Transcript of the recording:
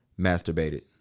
masturbated